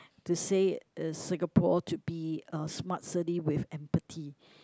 to say is Singapore to be a smart city with empathy